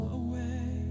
away